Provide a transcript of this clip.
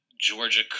Georgia